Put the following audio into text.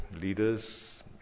leaders